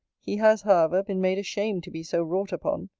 he has, however, been made ashamed to be so wrought upon.